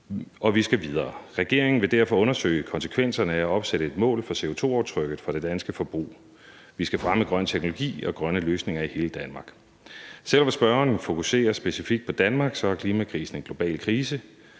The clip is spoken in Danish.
og vi skal videre. Regeringen vil derfor undersøge konsekvenserne af at opsætte et mål for CO2-aftrykket af det danske forbrug. Vi skal fremme grøn teknologi og grønne løsninger i hele Danmark. Selv om spørgeren fokuserer specifikt på Danmark, er klimakrisen en global krise.